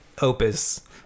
opus